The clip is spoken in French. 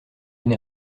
une